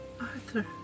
Arthur